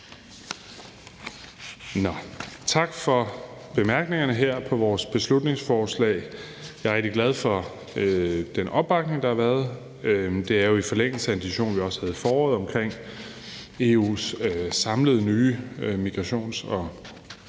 tak for bemærkningerne her til vores beslutningsforslag. Jeg er rigtig glad for den opbakning, der har været. Det er jo i forlængelse af en diskussion, vi også havde i foråret, omkring EU's samlede nye migrations- og